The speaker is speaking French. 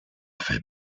fait